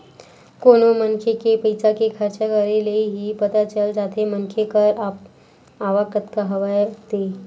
कोनो मनखे के पइसा के खरचा करे ले ही पता चल जाथे मनखे कर आवक कतका हवय ते